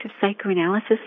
psychoanalysis